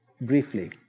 briefly